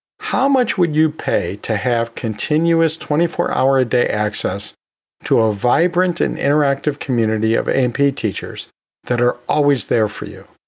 how much would you pay to have continuous twenty four hour a day access to a vibrant and interactive community of a and p teachers that are always there for you?